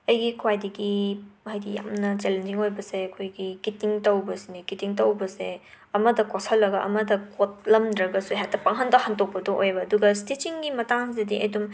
ꯑꯩꯒꯤ ꯈ꯭ꯋꯥꯏꯗꯒꯤ ꯍꯥꯏꯗꯤ ꯌꯥꯝꯅ ꯆꯦꯂꯦꯟꯖꯤꯡ ꯑꯣꯏꯕꯁꯦ ꯑꯩꯈꯣꯏꯒꯤ ꯀꯤꯇꯤꯡ ꯇꯧꯕꯁꯤꯅꯤ ꯀꯤꯇꯤꯡ ꯇꯧꯕꯁꯤ ꯑꯃꯗ ꯀꯣꯠꯁꯜꯂꯒ ꯑꯃꯗ ꯀꯣꯠꯂꯝꯗ꯭ꯔꯒꯁꯨ ꯍꯦꯛꯇ ꯄꯪꯍꯟꯗ ꯍꯟꯗꯣꯛꯄꯗꯨ ꯑꯣꯏꯌꯦꯕ ꯑꯗꯨꯒ ꯁ꯭ꯇꯤꯆꯤꯡꯒꯤ ꯃꯇꯥꯡꯁꯤꯗꯤ ꯑꯗꯨꯝ